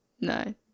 no